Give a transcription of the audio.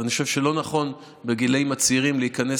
אבל אני חושב שלא נכון בגילים הצעירים להיכנס